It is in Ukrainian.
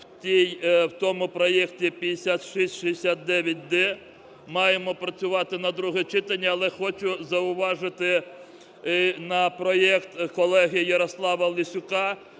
в тому проекті 5669(д). Маємо працювати на друге читання, але хочу зауважити, на проект колеги Ярослава Лесюка,